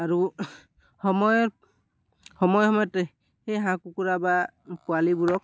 আৰু সময়ে সময়ে সেই হাঁহ কুকুৰা বা পোৱালিবোৰক